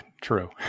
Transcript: true